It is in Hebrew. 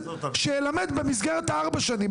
שילמד במסגרת ארבע השנים,